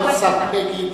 כבוד השר בגין